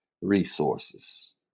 resources